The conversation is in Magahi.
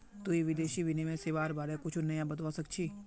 तुई विदेशी विनिमय सेवाआर बारे कुछु नया बतावा सक छी